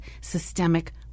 systemic